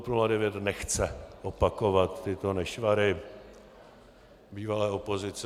TOP 09 nechce opakovat tyto nešvary bývalé opozice.